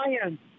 science